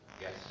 Yes